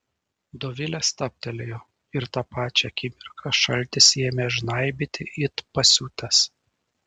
dovilė stabtelėjo ir tą pačią akimirką šaltis ėmė žnaibyti it pasiutęs